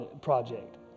project